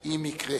אם יקרה.